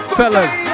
fellas